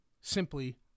simply